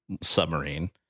submarine